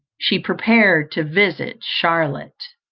she prepared to visit charlotte.